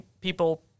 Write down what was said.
people